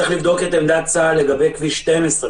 צריך לבדוק את עמדת צה"ל לגבי כביש 12,